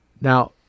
Now